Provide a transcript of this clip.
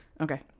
Okay